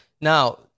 now